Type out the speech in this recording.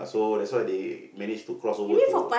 so that's why they manage to cross over to